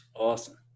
Awesome